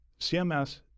CMS